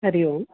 हरिः ओम्